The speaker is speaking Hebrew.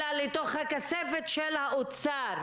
אלא לתוך הכספת של האוצר,